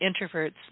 introverts